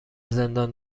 زندان